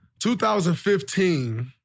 2015